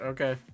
Okay